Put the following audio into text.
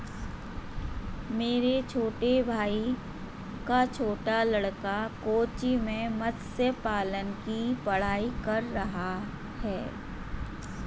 मेरे भाई का छोटा लड़का कोच्चि में मत्स्य पालन की पढ़ाई कर रहा है